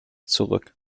zurück